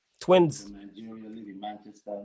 Twins